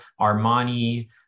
Armani